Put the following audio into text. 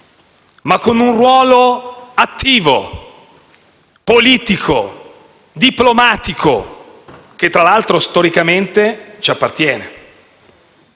ma con un ruolo attivo, politico e diplomatico, che, tra l'altro, storicamente ci appartiene